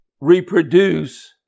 reproduce